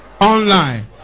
online